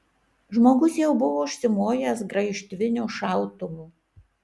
žmogus jau buvo užsimojęs graižtviniu šautuvu